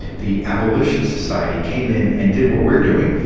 the abolition society came in and did what we are doing,